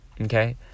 okay